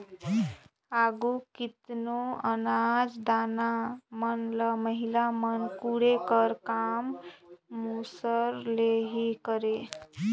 आघु केतनो अनाज दाना मन ल महिला मन कूटे कर काम मूसर ले ही करें